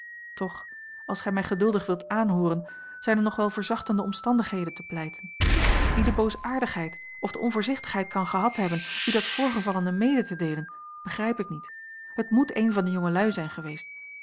toch als gij mij geduldig wilt aanhooren zijn er nog wel verzachtende omstandigheden te pleiten wie de boosaardigheid of de onvoorzichtigheid kan gehad hebben u dat voorgevallene mede te deelen begrijp ik niet het moet een van de jongelui zijn geweest